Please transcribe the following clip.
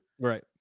Right